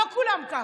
לא כולם ככה.